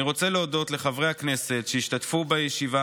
אני רוצה להודות לחברי הכנסת שהשתתפו בישיבה